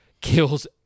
kills